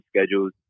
schedules